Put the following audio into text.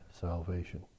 salvation